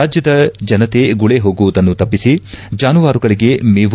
ರಾಜ್ಞದ ಜನತೆ ಗುಳೆ ಹೋಗುವುದನ್ನು ತಪ್ಪಿಸಿ ಜಾನುವಾರುಗಳಿಗೆ ಮೇವು